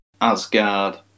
Asgard